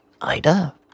Ida